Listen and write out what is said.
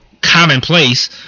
commonplace